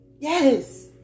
Yes